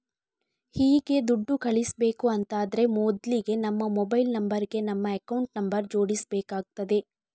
ಹೀಗೆ ದುಡ್ಡು ಕಳಿಸ್ಬೇಕು ಅಂತಾದ್ರೆ ಮೊದ್ಲಿಗೆ ನಮ್ಮ ಮೊಬೈಲ್ ನಂಬರ್ ಗೆ ನಮ್ಮ ಅಕೌಂಟ್ ನಂಬರ್ ಜೋಡಿಸ್ಬೇಕಾಗ್ತದೆ